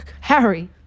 Harry